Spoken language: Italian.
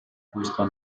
questo